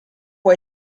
può